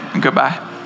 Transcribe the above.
Goodbye